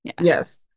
yes